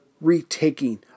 retaking